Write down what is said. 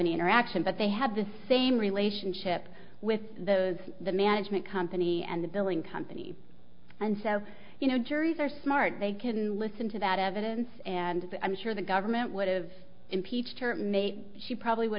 any interaction but they had the same relationship with those the management company and the billing company and so you know juries are smart they can listen to that evidence and i'm sure the government would've impeached her mate she probably would